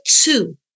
two